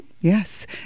Yes